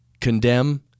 condemn